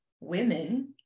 women